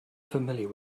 familiar